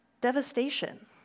Devastation